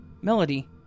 Melody